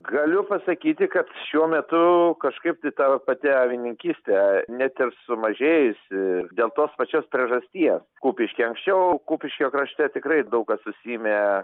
galiu pasakyti kad šiuo metu kažkaip tai ta pati avininkystė net ir sumažėjusi dėl tos pačios priežasties kupišky anksčiau kupiškio krašte tikrai daug kas užsiimė